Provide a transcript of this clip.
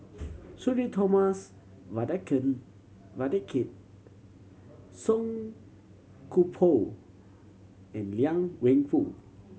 Sudhir Thomas Vadaketh Song Koon Poh and Liang Wenfu